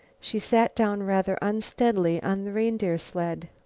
she sat down rather unsteadily on the reindeer sled.